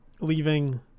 leaving